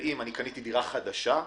ואם קניתי דירה חדשה,